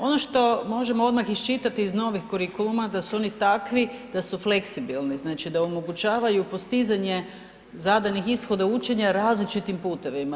Ono što možemo odmah iščitati iz novih kurikuluma da su oni takvi, da su fleksibilni, znači da omogućavaju postizanje zadanih ishoda učenja različitim putevima.